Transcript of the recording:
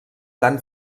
tan